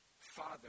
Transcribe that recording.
Father